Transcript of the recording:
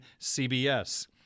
CBS